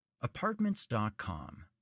Apartments.com